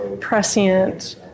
prescient